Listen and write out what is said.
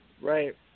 Right